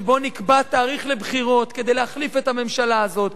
שבו נקבע תאריך לבחירות כדי להחליף את הממשלה הזאת,